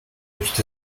riecht